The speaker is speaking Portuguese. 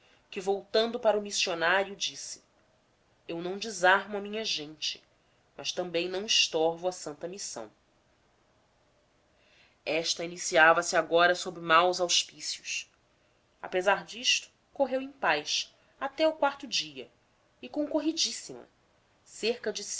que voltando-se para o missionário disse eu não desarmo a minha gente mas também não estorvo a santa missão esta iniciava se agora sob maus auspícios apesar disto correu em paz até ao quarto dia e concorridíssima cerca de